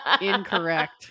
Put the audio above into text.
incorrect